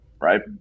Right